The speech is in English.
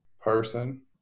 person